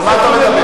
על מה אתה מדבר?